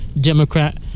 Democrat